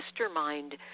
mastermind